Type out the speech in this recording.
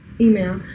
email